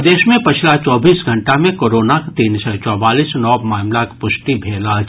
प्रदेश मे पछिला चौबीस घंटा मे कोरोनाक तीन सय चौवालीस नव मामिलाक पुष्टि भेल अछि